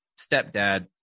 stepdad